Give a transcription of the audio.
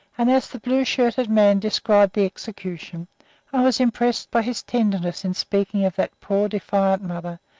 and as the blue-shirted man described the execution i was impressed by his tenderness in speaking of that poor, defiant mother,